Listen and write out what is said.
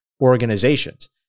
organizations